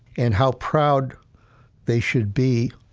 and how proud they should be,